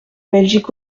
belgique